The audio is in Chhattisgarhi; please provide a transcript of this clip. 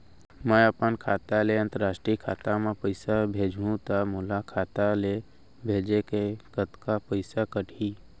मै ह अपन खाता ले, अंतरराष्ट्रीय खाता मा पइसा भेजहु त मोर खाता ले, भेजे के कतका पइसा कटही?